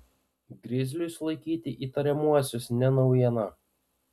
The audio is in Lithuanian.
grizliui sulaikyti įtariamuosius ne naujiena